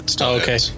Okay